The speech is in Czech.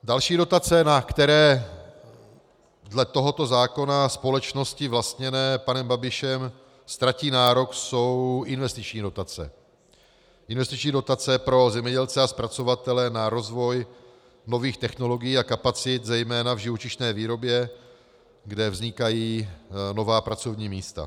Další dotace, na které dle tohoto zákona společnosti vlastněné panem Babišem ztratí nárok, jsou investiční dotace pro zemědělce a zpracovatele na rozvoj nových technologií a kapacit zejména v živočišné výrobě, kde vznikají nová pracovní místa.